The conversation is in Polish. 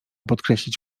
podkreślić